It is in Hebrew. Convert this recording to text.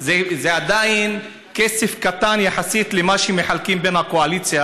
זה עדיין כסף קטן יחסית למה שמחלקים בקואליציה